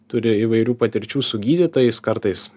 turi įvairių patirčių su gydytojais kartais